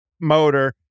motor